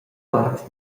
part